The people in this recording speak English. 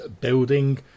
building